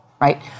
right